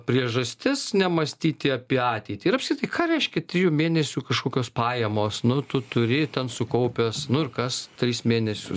priežastis nemąstyti apie ateitį ir apskritai ką reiškia trijų mėnesių kažkokios pajamos nu tu turi ten sukaupęs nu ir kas tris mėnesius